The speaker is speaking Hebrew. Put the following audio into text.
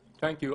מזמנכם.